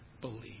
believe